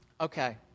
okay